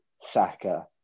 Saka